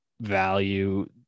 value